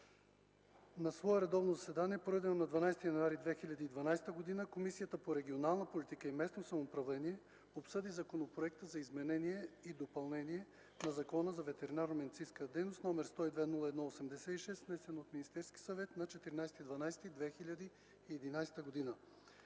„На свое редовно заседание, проведено на 12 януари 2012 г., Комисията по регионална политика и местно самоуправление обсъди Законопроект за изменение и допълнение на Закона за ветеринарномедицинската дейност, № 102–01–86, внесен от Министерски съвет на 14 декември